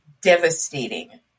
devastating